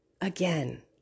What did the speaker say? Again